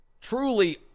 truly